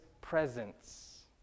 presence